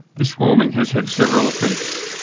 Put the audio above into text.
this warming has had several effects.